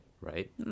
right